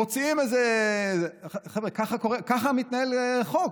מוציאים איזה, חבר'ה, ככה מתנהל חוק.